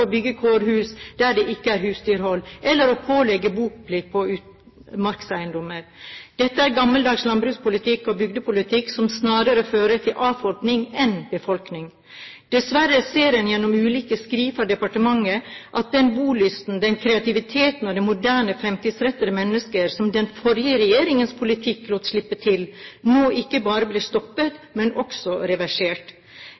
å bygge kårhus der det ikke er husdyrhold, eller å pålegge boplikt på utmarkseiendommer. Dette er gammeldags landbrukspolitikk og bygdepolitikk, som snarere fører til avfolkning enn befolkning. Dessverre ser en gjennom ulike skriv fra departementet at den bolysten, den kreativiteten og de moderne og fremtidsrettede menneskene som den forrige regjeringens politikk lot slippe til, nå ikke bare